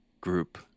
group